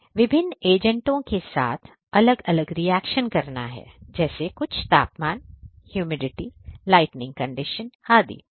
हमें विभिन्न एजेंटों के साथ अलग अलग रिएक्शन करना है जैसे कुछ तापमान यूमिडिगी लाइटनिंग कंडीशन आदि